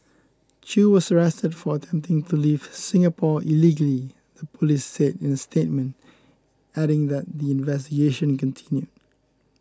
Chew was arrested for attempting to leave Singapore illegally the police said in a statement adding that their investigation continued